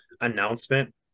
announcement